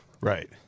Right